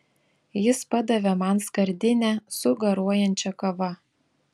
jis padavė man skardinę su garuojančia kava